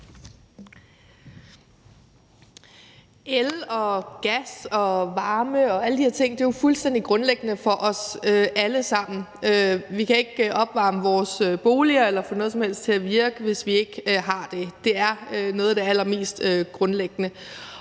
El og gas og varme og alle de her ting er jo fuldstændig grundlæggende for os alle sammen. Vi kan ikke opvarme vores boliger eller få noget som helst til at virke, hvis vi ikke har det. Det er noget af det allermest grundlæggende.